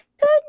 Good